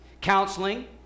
Counseling